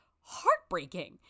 heartbreaking